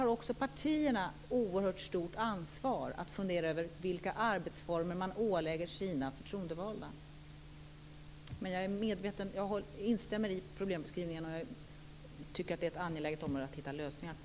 Men också partierna har här ett oerhört stort ansvar att fundera över vilka arbetsformer man ålägger sina förtroendevalda. Men jag instämmer i problembeskrivningarna. Jag tycker att det är ett angeläget område att hitta lösningar på.